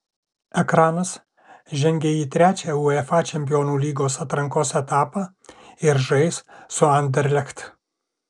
ekranas žengė į trečią uefa čempionų lygos atrankos etapą ir žais su anderlecht